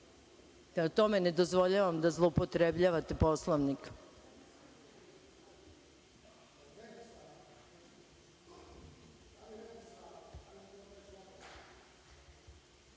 tome, ne dozvoljavam da zloupotrebljavate Poslovnik. Da